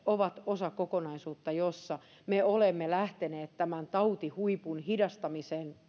ovat osa kokonaisuutta jossa me olemme lähteneet tämän tautihuipun hidastamisessa